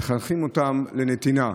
מחנכים אותם לנתינה.